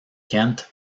kent